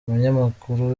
umunyamakuru